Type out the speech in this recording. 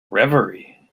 reverie